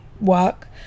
work